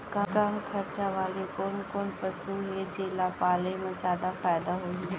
कम खरचा वाले कोन कोन पसु हे जेला पाले म जादा फायदा होही?